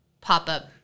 pop-up